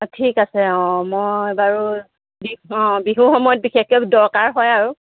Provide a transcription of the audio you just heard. ঠিক আছে অঁ মই বাৰু অঁ বিহু সময়ত বিশেষকৈ দৰকাৰ হয় আৰু